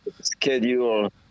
schedule